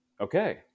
Okay